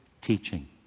teaching